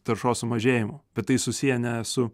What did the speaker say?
taršos sumažėjimo bet tai susiję ne su